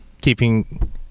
keeping